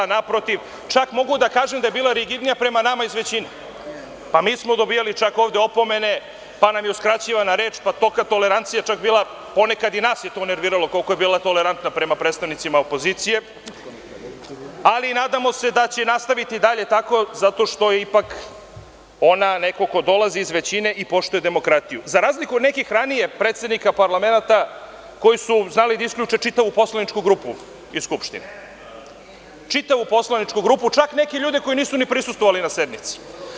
Naprotiv, čak mogu da kažem da je bila rigidnija prema nama iz većine, pa mi smo dobijali čak ovde opomene, pa nam je uskraćivana reč, pa tolika tolerancija čak je bila ponekad, i nas je to nerviralo koliko je bila tolerantna prema predstavnicima opozicije, ali nadamo se da će nastaviti i dalje tako, zato što je ipak ona neko ko dolazi iz većine i poštuje demokratiju, za razliku od nekih ranije predsednika parlamenata koji su znali da isključe čitavu poslaničku grupu iz Skupštine, čitavu poslaničku grupu, čak neke ljude koji nisu ni prisustvovali na sednici.